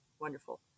wonderful